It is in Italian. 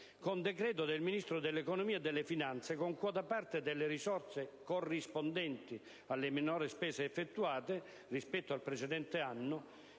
«con decreto del Ministro dell'economia e delle finanze(...) con quota parte delle risorse corrispondenti alle minori spese effettuate, rispetto al precedente anno,